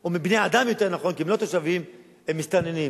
או מבני-האדם, כי הם לא תושבים, הם מסתננים.